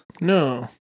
No